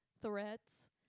threats